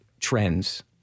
trends